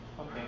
Okay